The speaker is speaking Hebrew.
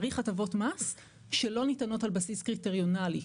הטבות מס שלא ניתנות על בסיס קריטריונאלי,